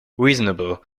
reasonable